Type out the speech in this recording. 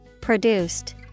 Produced